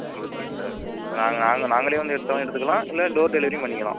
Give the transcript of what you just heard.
okay sir இப்போ நாங்கள் நாங்கள் நாங்களே வந்து எடுத்தாலும் எடுத்துக்கலாம் இல்லை டோர் டெலிவெரியும் பண்ணிக்கலாம்